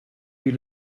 you